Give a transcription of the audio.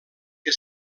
que